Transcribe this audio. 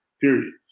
period